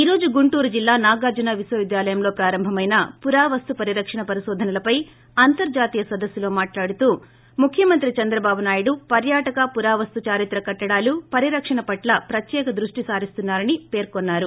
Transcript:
ఈ రోజు గుంటూరు జిల్లా నాగార్జునా విశ్వవిద్యాలయంలో ప్రారంభమైన పురావస్తు పరిరక్షణ పరిశోధనలపై అంతర్జాతీయ సదస్సులో మాట్లాడుతూ ముఖ్యమంత్రి చంద్రబాబు నాయుడు పర్యాటక పురావస్తు దారిత్ర కట్టడాలు పరిరక్షణ పట్ల ప్రత్యేక దృష్టి సారిస్తున్నా రని మంత్రి పేర్కొన్నారు